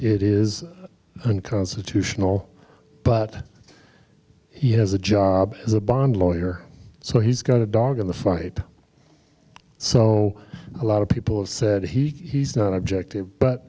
it is unconstitutional but he has a job as a bond lawyer so he's got a dog in the fight so a lot of people said he's not objective but